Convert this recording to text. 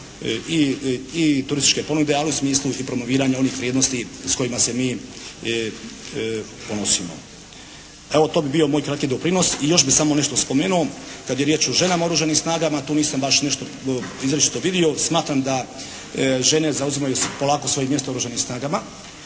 i turističke ponude, a i u smislu i promoviranja onih vrijednosti s kojima se mi ponosimo. Evo to bi bio moj kratki doprinos. I još bih samo nešto spomenuo. Kad je riječ o ženama u Oružanim snagama tu nisam baš nešto izričito vidio. Smatram da žene zauzimaju polako svoje mjesto u Oružanim snagama.